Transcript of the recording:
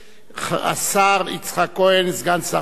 השר יצחק כהן סגן שר האוצר.